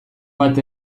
bat